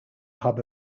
hub